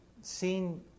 seen